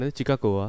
Chicago